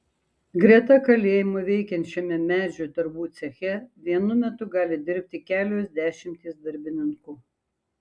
greta kalėjimo veikiančiame medžio darbų ceche vienu metu gali dirbti kelios dešimtys darbininkų